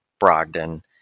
brogdon